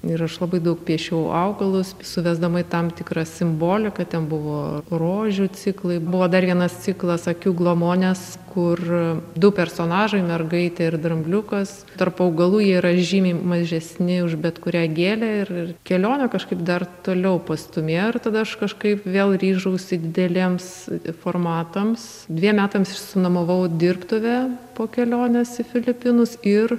ir aš labai daug piešiau augalus suvesdama į tam tikrą simboliką ten buvo rožių ciklai buvo dar vienas ciklas akių glamonės kur du personažai mergaitė ir drambliukas tarp augalų jie yra žymiai mažesni už bet kurią gėlę ir ir kelionė kažkaip dar toliau pastūmėjo ir tada aš kažkaip vėl ryžausi dideliems i formatams dviem metams išsinuomavau dirbtuvę po kelionės į filipinus ir